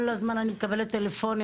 כל הזמן אני מקבלת טלפונים,